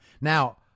Now